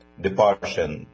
departure